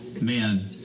man